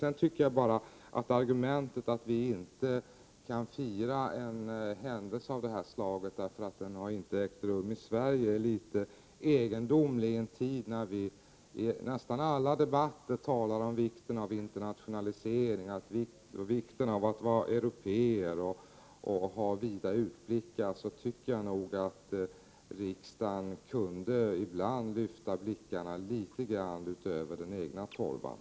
Jag tycker att argumentet att vi inte kan fira en händelse av detta slag därför att den inte har ägt rum i Sverige är något egendomligt. I en tid när vi i nästan alla debatter talar om vikten av internationalisering och av att vara européer och ha vida utblickar, tycker jag nog att riksdagen ibland kunde Prot. 1988/89:90 lyfta blickarna litet över den egna torvan.